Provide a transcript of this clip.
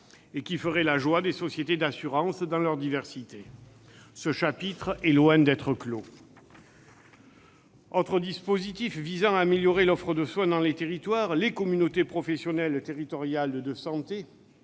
et qui ferait la joie des sociétés d'assurance dans leurs diversités. Ce chapitre est loin d'être clos ! Autre dispositif visant à améliorer l'offre de soins dans les territoires : les communautés professionnelles territoriales de santé